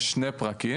יש שני פרקים,